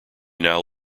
now